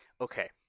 okay